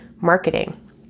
marketing